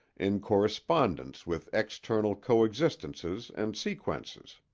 in correspondence with external coexistences and sequences